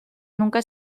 nunca